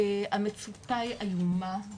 המצוקה היא איומה,